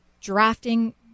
drafting